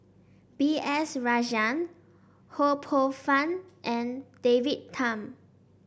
B S Rajhans Ho Poh Fun and David Tham